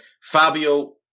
Fabio